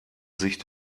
sich